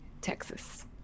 Texas